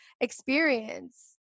experience